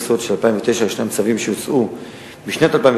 בהריסות של 2009 יש צווים שהוצאו בשנת 2008